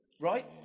right